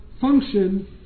function